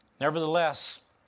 Nevertheless